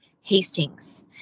Hastings